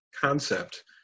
concept